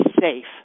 safe